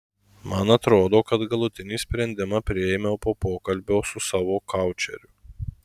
man atrodo kad galutinį sprendimą priėmiau po pokalbio su savo koučeriu